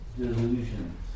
delusions